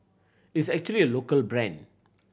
it's actually a local brand